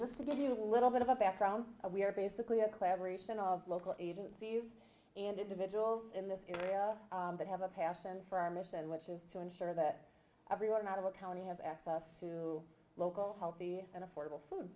just to give you a little bit of a background we are basically a collaboration of local agencies and individuals in this area that have a passion for our mission which is to ensure that everyone out of our county has access to local healthy and affordable food